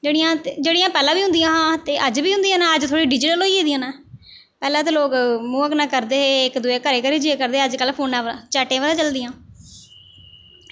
जेह्ड़ियां जेह्ड़ियां पैह्लें बी होंदियां हियां ते अज्ज बी होंदियां न अज्ज थोह्ड़ी डिजीटल होई गेदियां न पैह्लें ते लोक मुहैं कन्नै करदे हे इक दुए दे घरै घरै जाइयै करदे हे अज्जकलन फोनै उप्पर चैट उप्पर चलदियां